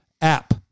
app